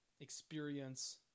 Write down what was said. experience